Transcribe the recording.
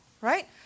right